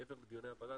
מעבר לדיוני הוועדה,